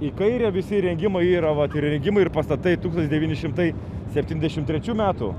į kairę visi įrengimai yra vat ir įrengimai ir pastatai tūkstantis devyni šimtai septyndešim trečių metų